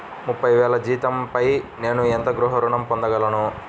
ముప్పై వేల జీతంపై నేను ఎంత గృహ ఋణం పొందగలను?